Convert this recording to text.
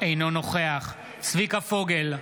אינו נוכח צביקה פוגל,